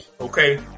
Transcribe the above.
Okay